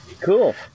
Cool